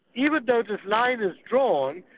even though this line is drawn,